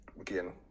again